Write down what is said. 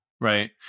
right